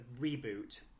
reboot